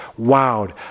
wowed